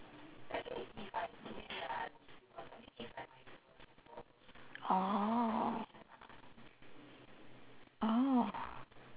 oh oh